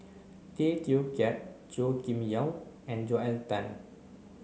Tay Teow Kiat Chua Kim Yeow and Joel Tan